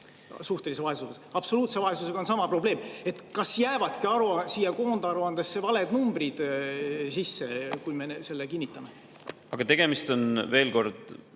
suhteline vaesus. Absoluutse vaesusega on sama probleem. Kas jäävadki siia koondaruandesse valed numbrid sisse, kui me selle kinnitame? Tegemist on, veel kord,